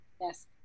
yes